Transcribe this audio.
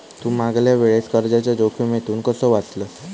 तू मागल्या वेळेस कर्जाच्या जोखमीतून कसो वाचलस